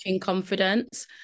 confidence